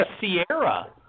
Sierra